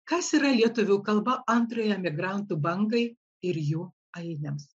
kas yra lietuvių kalba antrajai migrantų bangai ir jų ainiams